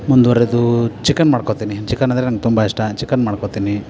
ಮುಂದ್ವರೆದು chicken ಮಾಡ್ಕೋತೀನಿ chicken ಅಂದರೆ ನನ್ಗೆ ತುಂಬ ಇಷ್ಟ ಚಿಕನ್ ಮಾಡ್ಕೋತೀನಿ